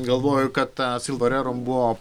galvoju kad ta silva rerum buvo